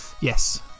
yes